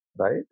Right